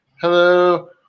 Hello